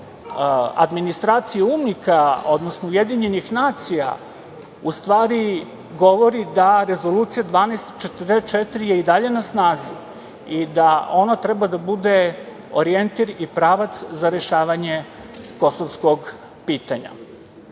administracije UNMIK-a, odnosno UN, u stvari govori da Rezolucija 1244 je i dalje na snazi i da ona treba da bude orijentir i pravac za rešavanje kosovskog pitanja.No,